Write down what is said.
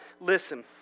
listen